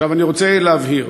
עכשיו, אני רוצה להבהיר: